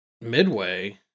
Midway